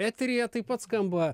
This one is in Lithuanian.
eteryje taip pat skamba